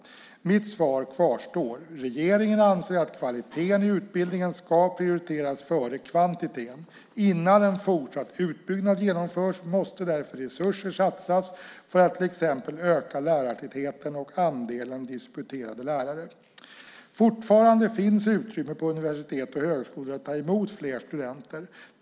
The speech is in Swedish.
Mitt svar kvarstår. Regeringen anser att kvaliteten i utbildningen ska prioriteras före kvantiteten. Innan en fortsatt utbyggnad genomförs måste därför resurser satsas för att till exempel öka lärartätheten och andelen disputerade lärare. Fortfarande finns utrymme på universitet och högskolor att ta emot fler studenter.